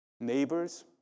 neighbors